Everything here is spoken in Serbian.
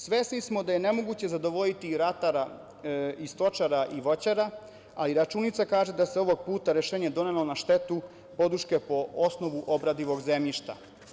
Svesni smo da je nemoguće zadovoljiti i ratara i stočara i voćara, ali računica kaže da se ovog puta rešenje donelo na štetu podrške po osnovu obradivog zemljišta.